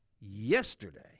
yesterday